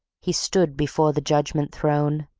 he stood before the judgment throne.